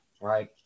right